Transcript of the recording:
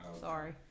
Sorry